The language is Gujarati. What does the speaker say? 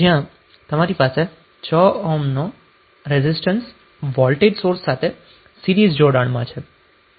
જ્યાં તમારી પાસે 6 ઓહ્મનો રેઝિસ્ટન્સ વોલ્ટેજ સોર્સ સાથે સીરીઝ જોડાણમાં છે